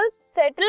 settle